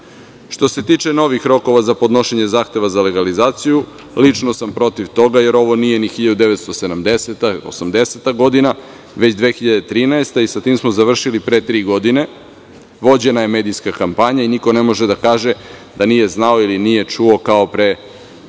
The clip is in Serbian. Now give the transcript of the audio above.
se tiče novih rokova za podnošenje Zakona za legalizaciju, lično sam protiv toga, jer ovo nije ni 1970, 1980. godina, već 2013. godina i sa tim smo završili pre tri godine. Vođena je medijska kampanja i niko ne može da kaže da nije znao ili nije čuo, kao pre